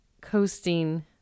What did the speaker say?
coasting